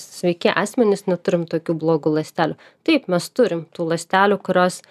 sveiki asmenys neturim tokių blogų ląstelių taip mes turim tų ląstelių kurios